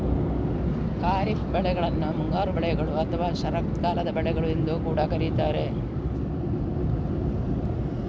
ಖಾರಿಫ್ ಬೆಳೆಗಳನ್ನ ಮುಂಗಾರು ಬೆಳೆಗಳು ಅಥವಾ ಶರತ್ಕಾಲದ ಬೆಳೆಗಳು ಎಂದು ಕೂಡಾ ಕರೀತಾರೆ